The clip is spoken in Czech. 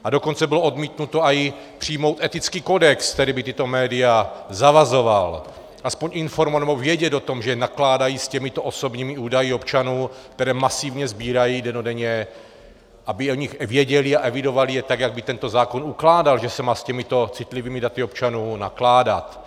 A dokonce bylo odmítnuto i přijmout etický kodex, který by tato média zavazoval, aspoň informovat, nebo vědět, že nakládají s těmito osobními údaji občanů, které masivně sbírají dennodenně, aby o nich věděli a evidovali je, jak by tento zákon ukládal, že se má s těmito citlivými daty občanů nakládat.